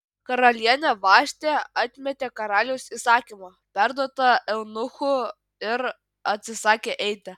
karalienė vaštė atmetė karaliaus įsakymą perduotą eunuchų ir atsisakė eiti